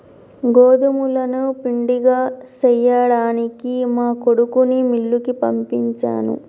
గోదుములను పిండిగా సేయ్యడానికి మా కొడుకుని మిల్లుకి పంపించాను